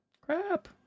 Crap